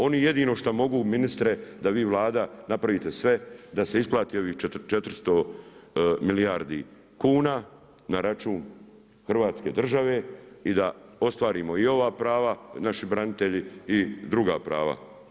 Oni jedino što mogu ministre da vi Vlada napravite sve da se isplati ovih 400 milijardi kuna na račun Hrvatske države i da ostvarimo i ova prava, naši branitelji i druga prava.